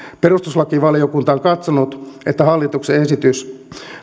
perustuslakivaliokunta on katsonut että hallituksen esitys